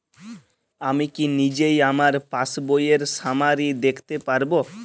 আমি কি নিজেই আমার পাসবইয়ের সামারি দেখতে পারব?